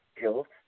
guilt